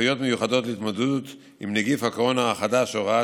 סמכויות מיוחדות להתמודדות עם נגיף הקורונה החדש (הוראת